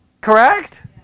correct